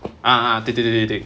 ah ah 对对对对对